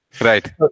Right